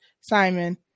Simon